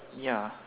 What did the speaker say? ya